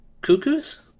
cuckoos